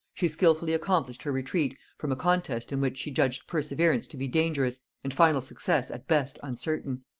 she skilfully accomplished her retreat from a contest in which she judged perseverance to be dangerous and final success at best uncertain.